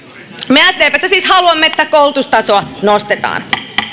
me sdpssä siis haluamme että koulutustasoa nostetaan